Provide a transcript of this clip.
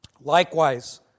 likewise